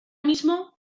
mismo